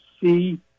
see